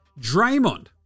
Draymond